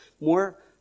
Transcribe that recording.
more